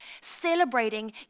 Celebrating